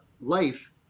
life